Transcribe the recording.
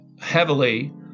heavily